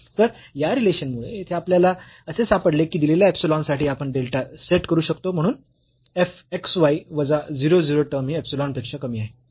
तर या रिलेशन मुळे येथे आपल्याला असे सापडले की दिलेल्या इप्सिलॉन साठी आपण डेल्टा सेट करू शकतो म्हणून f xy वजा 0 0 टर्म ही इप्सिलॉन पेक्षा कमी आहे